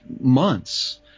months